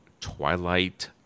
Twilight